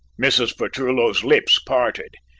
mrs. petullo's lips parted.